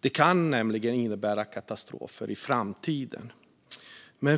De kan nämligen innebära katastrofer i framtiden.